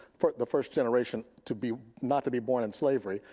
for the first generation to be not to be born in slavery,